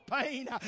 pain